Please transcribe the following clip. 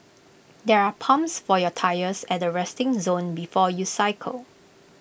there are pumps for your tyres at the resting zone before you cycle